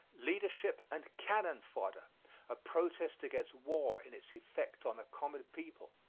leadership and cannon fodder a protest against war in its effect on the common people.